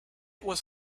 was